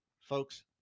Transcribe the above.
folks